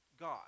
God